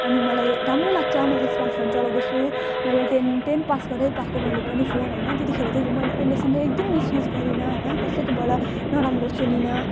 अनि मलाई राम्रो लाग्छ मलाई स्मार्टफोन चलाउँदैछु मैले टेन टेन पास गरेरै पाएको मैले पनि फोन होइन त्यतिखेर देखिएको मैले अहिलेसम्म एक दिन मिसयुज गरिनँ होइन कसैकोबाट नराम्रो सुनिनँ